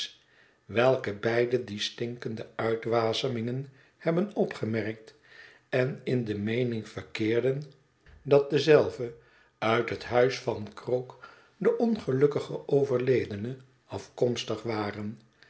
welke beide die stinkende uitwasemingen hebben opgemerkt en in de meening verkeerden dat dezelve uit het huis van krook de ongelukkige overledene afkomstig waren